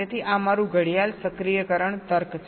તેથી આ મારું ઘડિયાળ સક્રિયકરણ તર્ક છે